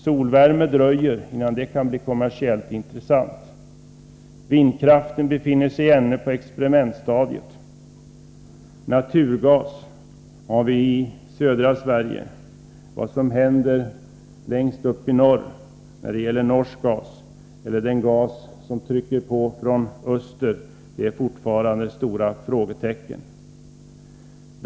Det dröjer innan solvärmen kan bli kommersiellt intressant. Vindkraften befinner sig ännu på experimentstadiet. Naturgas har vi i södra Sverige. Vad som händer längst uppe i norr, när det gäller den norska gasen eller den gas som trycker på från öster, är fortfarande ett stort frågetecken.